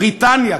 בריטניה,